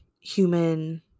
human